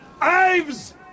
Ives